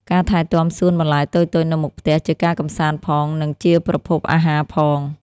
ការថែទាំសួនបន្លែតូចៗនៅមុខផ្ទះជាការកម្សាន្តផង និងជាប្រភពអាហារផង។